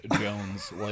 Jones